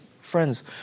friends